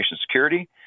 security